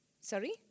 Sorry